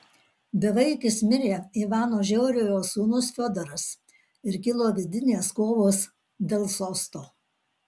bevaikis mirė ivano žiauriojo sūnus fiodoras ir kilo vidinės kovos dėl sosto